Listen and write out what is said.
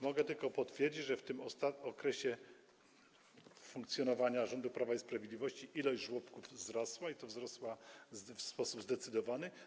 Mogę tylko potwierdzić, że w tym okresie funkcjonowania rządu Prawa i Sprawiedliwości ilość żłobków wzrosła - i to wzrosła w sposób zdecydowany.